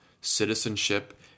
citizenship